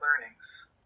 learnings